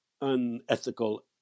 unethical